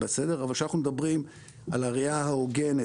אבל כשאנחנו מדברים על הראייה ההוגנת